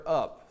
up